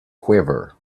quiver